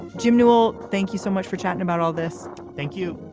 jim newell, thank you so much for chatting about all this. thank you.